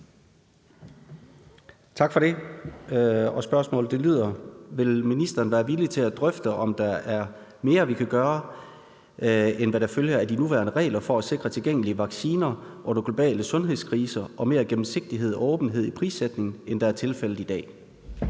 Tak for det. Spørgsmålet lyder: Vil ministeren være villig til at drøfte, om der er mere, vi kan gøre, end hvad der følger af de nuværende regler, for at sikre tilgængelige vacciner under globale sundhedskriser og mere gennemsigtighed og åbenhed i prissætningen, end det er tilfældet i dag?